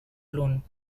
flown